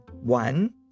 one